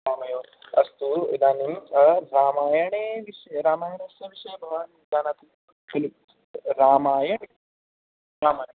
रामयोः अस्तु इदानीं रामायणे रामयणस्य विषये भवान् जानाति खलु रामायणं रामायणं